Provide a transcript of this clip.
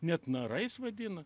net narais vadina